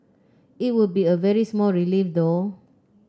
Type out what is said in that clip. it would be a very small relief though